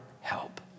help